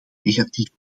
negatieve